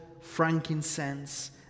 frankincense